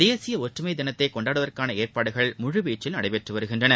தேசிய ஒற்றுமை தினத்தை கொண்டாடுவதற்கான ஏற்பாடுகள் முழுவீச்சில் நடைபெற்று வருகின்றன